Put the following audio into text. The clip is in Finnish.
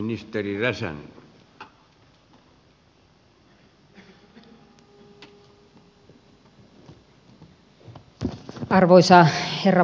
arvoisa herra puhemies